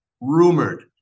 Rumored